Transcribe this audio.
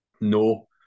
No